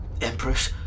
Empress